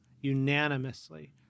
Unanimously